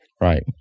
Right